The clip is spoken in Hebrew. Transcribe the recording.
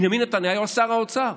בנימין נתניהו היה שר האוצר.